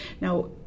Now